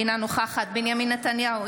אינה נוכחת בנימין נתניהו,